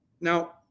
Now